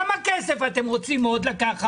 כמה כסף אתם רוצים עוד לקחת?